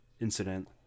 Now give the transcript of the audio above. incident